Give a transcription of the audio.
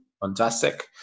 fantastic